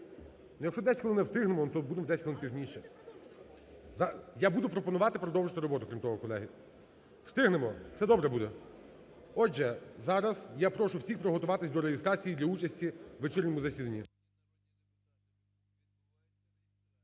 якщо 10 хвилин не встигнемо, то будемо на 10 хвилин пізніше. Я буду пропонувати продовжити роботу крім того, колеги. Встигнемо! Все добре буде! Отже, зараз я прошу всіх приготуватись до реєстрації для участі у вечірньому засіданні.